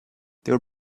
they